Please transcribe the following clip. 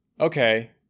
Okay